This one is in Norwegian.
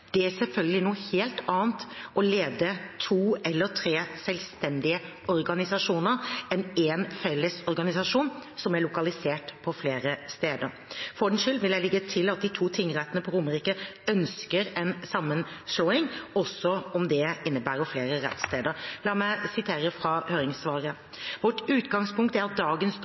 Det er selvfølgelig noe helt annet å lede to eller tre selvstendige organisasjoner enn én felles organisasjon som er lokalisert flere steder. For ordens skyld vil jeg legge til at de to tingrettene på Romerike ønsker er sammenslåing, også om det innebærer flere rettssteder. La meg sitere fra høringssvaret: «Vårt utgangspunkt er at dagens